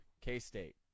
K-State